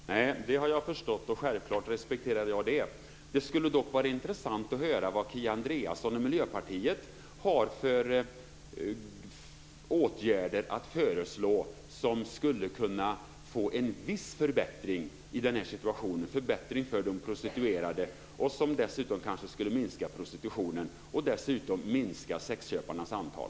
Fru talman! Nej, det har jag förstått och självfallet respekterar jag det. Det skulle dock vara intressant att höra vad Kia Andreasson och Miljöpartiet har för åtgärder att föreslå som skulle kunna innebära en viss förbättring i den här situationen för de prostituerade och som dessutom kanske skulle minska prostitutionen och sexköparnas antal.